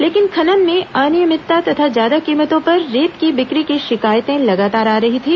लेकिन खनन में अनियमितता तथा ज्यादा कीमतों पर रेत की बिक्री की शिकायतें लगातार आ रही थी